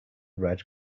red